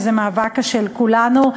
שהוא מאבק של כולנו.